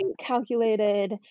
calculated